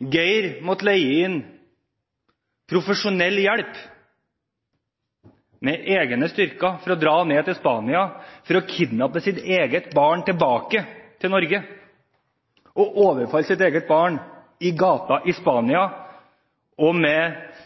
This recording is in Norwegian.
Geir måtte leie inn profesjonell hjelp, egne styrker, for å dra ned til Spania og kidnappe sitt eget barn tilbake til Norge. Han måtte overfalle sitt eget barn på gaten i Spania, og